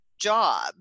job